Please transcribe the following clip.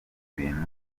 bintu